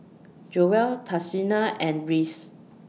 Joell Tashina and Rhys